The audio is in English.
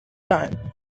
time